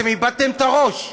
אתם איבדתם את הראש.